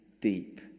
deep